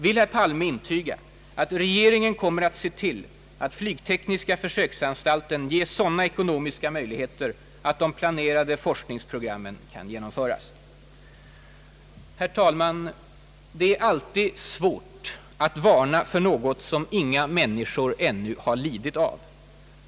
Vill herr Palme intyga att regeringen kommer att se till att flygtekniska försöksanstalten ges sådana ekonomiska möjligheter att de planerade forskningsprogrammen kan genomföras? Herr talman! Det är alltid svårt att varna för något som inga människor ännu har lidit av.